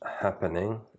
happening